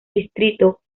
distrito